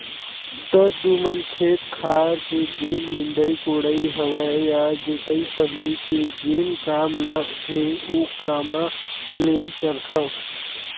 त तुमन खेत खार के जेन निंदई कोड़ई हवय या जोतई फंदई के जेन काम ल हे ओ कामा ले करथव?